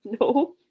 No